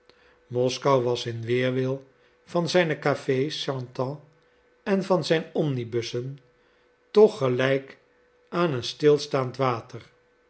moskou was in weerwil van zijne cafés chantants en van zijn omnibussen toch gelijk aan een stilstaand water